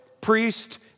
priest